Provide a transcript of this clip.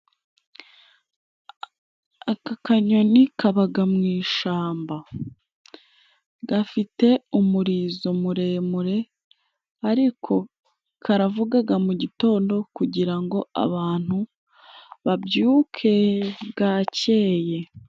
Aka kanyoni kabaga mu ishamba, gafite umurizo muremure ariko karavugaga mu gitondo kugira ngo abantu babyuke bwakeye.